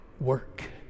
work